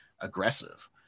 aggressive